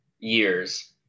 years